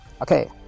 okay